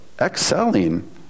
excelling